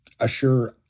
assure